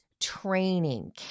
training